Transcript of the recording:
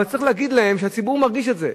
אבל צריך להגיד להם שהציבור מרגיש את זה.